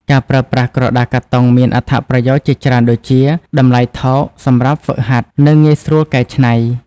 ការប្រើប្រាស់ក្រដាសកាតុងមានអត្ថប្រយោជន៍ជាច្រើនដូចជា តម្លៃថោក សម្រាប់ហ្វឹកហាត់ និងងាយស្រួលកែច្នៃ។